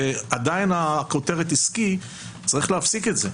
ועדיין הכותרת היא עסקי, צריך להפסיק את זה.